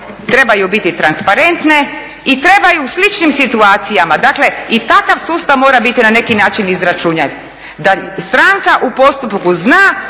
trebaju biti brze, transparentne i trebaju u sličnim situacijama. Dakle i takav sustav mora biti na neki način … da stranka u postupku zna